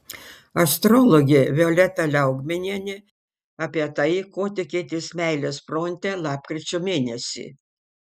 astrologė violeta liaugminienė apie tai ko tikėtis meilės fronte lapkričio mėnesį